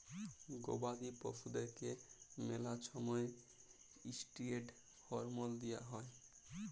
গবাদি পশুদ্যারকে ম্যালা সময়ে ইসটিরেড হরমল দিঁয়া হয়